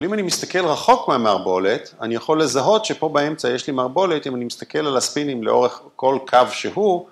אם אני מסתכל רחוק מהמערבולת, אני יכול לזהות שפה באמצע יש לי מערבולת, אם אני מסתכל על הספינים לאורך כל קו שהוא,